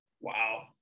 Wow